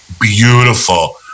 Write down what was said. beautiful